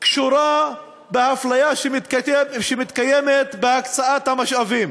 קשורה באפליה שמתקיימת בהקצאת המשאבים.